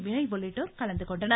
வினய் உள்ளிட்டோர் கலந்துகொண்டனர்